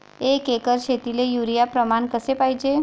एक एकर शेतीले युरिया प्रमान कसे पाहिजे?